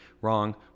wrong